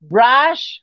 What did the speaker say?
Brush